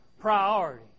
priority